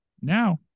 Now